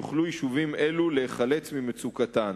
יוכלו יישובים אלו להיחלץ ממצוקתם.